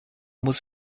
muss